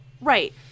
Right